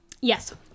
Yes